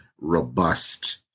robust